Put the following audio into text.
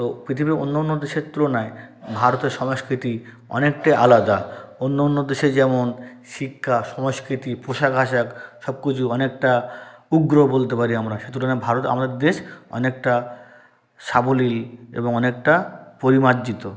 তো পৃথিবীর অন্য অন্য দেশের তুলনায় ভারতের সংস্কৃতি অনেকটাই আলাদা অন্য অন্য দেশে যেমন শিক্ষা সংস্কৃতি পোশাক আশাক সবকিছু অনেকটা উগ্র বলতে পারি আমরা সেই তুলনায় ভারত আমাদের দেশ অনেকটা সাবলীল এবং অনেকটা পরিমার্জিত